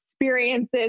experiences